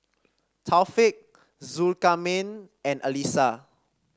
Taufik Zulkarnain and Alyssa